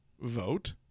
vote